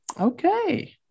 Okay